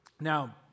Now